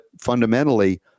fundamentally